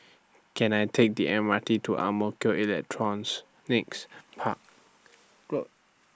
Can I Take The M R T to Ang Mo Kio Electronics Park Road